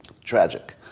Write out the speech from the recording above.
Tragic